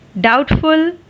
doubtful